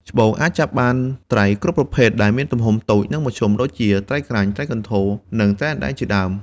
ច្បូក អាចចាប់បានត្រីគ្រប់ប្រភេទដែលមានទំហំតូច និងមធ្យម ដូចជាត្រីក្រាញ់ ត្រីកន្ធរ និងត្រីអណ្ដែងជាដើម។